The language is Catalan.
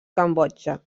cambodja